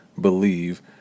believe